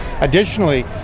Additionally